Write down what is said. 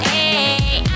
Hey